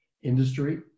industry